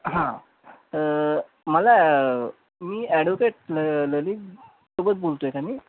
हां मला मी ॲडवोकेट ल ललित सोबत बोलतो आहे का मी